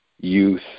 youth